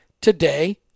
Today